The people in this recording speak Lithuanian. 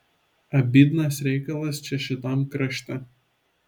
abydnas reikalas čia šitam krašte